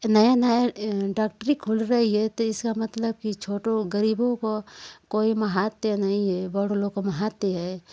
नया नया डॉक्टरी खुल गई है तो इसका मतलब की छोटों गरीबों को कोई महत्व नहीं है बड़े लोग को महत्व है